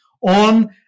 on